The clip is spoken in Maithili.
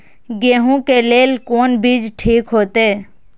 गेहूं के लेल कोन बीज ठीक होते?